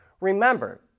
Remember